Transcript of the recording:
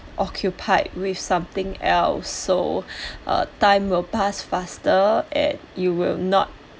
occupied with something else so uh time will pass faster and you will not